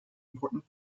important